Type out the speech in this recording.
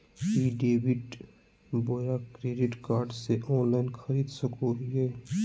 ई debit बोया credit card से online खरीद सको हिए?